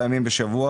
7 ימים בשבוע.